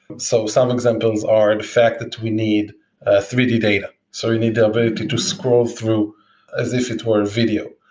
so some examples are the fact that we need ah three d data. so we need the ability to scroll through as if it were video.